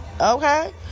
okay